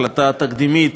החלטה תקדימית